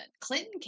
Clinton